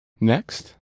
Next